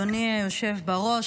אדוני היושב בראש,